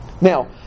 Now